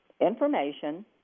information